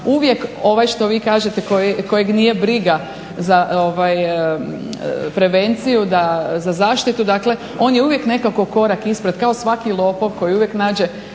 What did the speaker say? uvijek ovaj što vi kažete, kojeg nije briga za prevenciju, za zaštitu, dakle on je uvijek nekako korak ispred, kao svaki lopov koji uvijek nađe